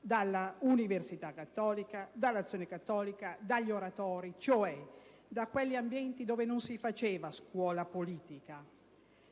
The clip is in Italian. dalla università cattolica, dall'Azione cattolica, dagli oratori, cioè da quegli ambienti dove non si faceva scuola politica ma